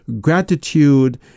gratitude